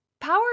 power